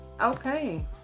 okay